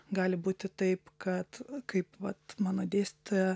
gali būti taip kad kaip vat mano dėstytoja